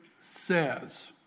says